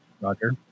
Roger